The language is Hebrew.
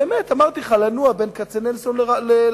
באמת, אמרתי לך, לנוע בין כצנלסון לז'בוטינסקי.